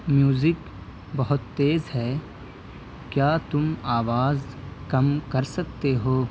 music بہت تیز ہے کیا تم آواز کم کر سکتے ہو